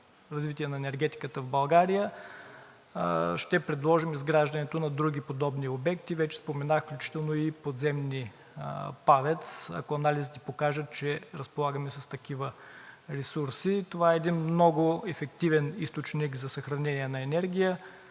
развитие на енергетиката в България ще предложим изграждането на други подобни обекти, вече споменах – включително и подземни ПАВЕЦ, ако анализите покажат, че разполагаме с такива ресурси. Това е един много ефективен източник за съхранение на енергия.